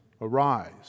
Arise